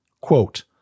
quote